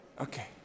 Okay